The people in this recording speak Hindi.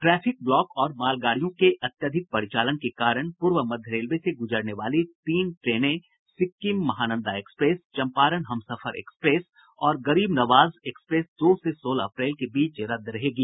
ट्रैफिक ब्लॉक और मालगाड़ियों के अत्यधिक परिचालन के कारण पूर्व मध्य रेलवे से गुजरने वाली तीन ट्रेनें Sikkim Mahananda express Champaran Humsafar express और गरीब नवाज एक्सप्रेस दो से सोलह अप्रैल के बीच रद्द रहेगी